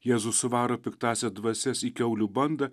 jėzus suvaro piktąsias dvasias į kiaulių bandą